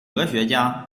哲学家